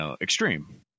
extreme